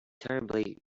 terribly